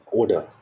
order